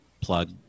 plug